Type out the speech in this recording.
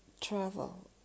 travel